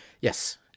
Yes